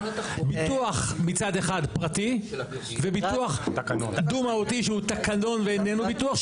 ביטוח מצד אחד פרטי וביטוח דו מהותי שהוא תקנון ואיננו ביטוח,